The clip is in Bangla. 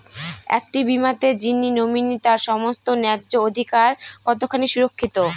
একটি বীমাতে যিনি নমিনি তার সমস্ত ন্যায্য অধিকার কতখানি সুরক্ষিত?